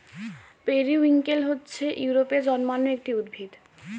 periwinkle হচ্ছে ইউরোপে জন্মানো একটি উদ্ভিদ